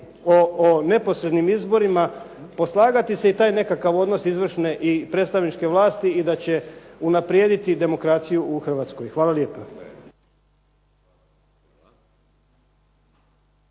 o neposrednim izborima poslagati se i taj nekakav odnos izvršne i predstavničke vlasti i da će unaprijediti demokraciju u Hrvatskoj. Hvala lijepa.